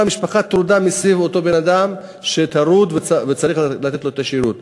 כל המשפחה טרודה סביב אותו אדם שטרוד וצריך לתת לו את השירות.